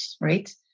right